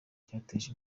cyateje